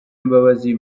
imbabazi